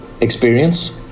experience